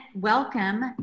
welcome